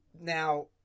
Now